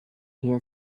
hier